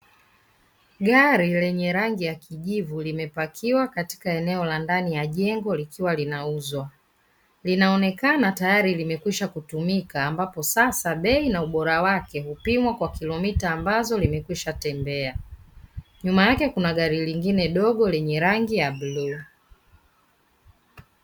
Gari lenye rangi ya kijivu limepakiwa katika eneo la ndani ya jengo likiwa linauzwa, linaonekana tayari limekwisha kutumika ambapo sasa bei na ubora wake kupimwa kwa kilomita ambazo limekwisha tembea, nyuma yake kuna gari lingine dogo lenye rangi ya bluu.